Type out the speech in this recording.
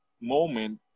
moment